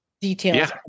details